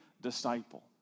disciple